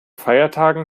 feiertagen